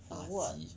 for what